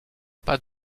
pas